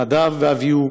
נדב ואביהו,